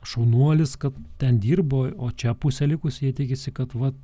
šaunuolis kad ten dirbai o čia pusė likusieji tikisi kad vat